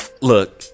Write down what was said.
look